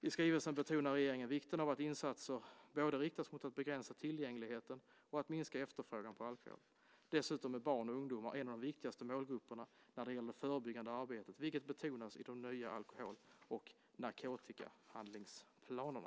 I skrivelsen betonar regeringen vikten av att insatser både riktas mot att begränsa tillgängligheten och att minska efterfrågan på alkohol. Dessutom är barn och ungdomar en av de viktigaste målgrupperna när det gäller det förebyggande arbetet, vilket betonas i de nya alkohol och narkotikahandlingsplanerna.